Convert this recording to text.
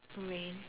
rain